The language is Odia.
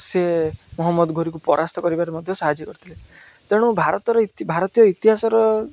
ସେ ମହମଦ ଘୋରିକୁ ପରାସ୍ତ କରିବାରେ ମଧ୍ୟ ସାହାଯ୍ୟ କରିଥିଲେ ତେଣୁ ଭାରତର ଭାରତୀୟ ଇତିହାସର